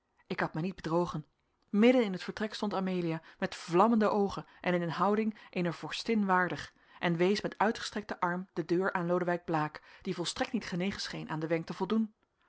ik had mij niet bedrogen midden in het vertrek stond amelia met vlammende oogen en in een houding eener vorstin waardig en wees met uitgestrekten arm de deur aan lodewijk blaek die volstrekt niet genegen scheen aan den wenk te voldoen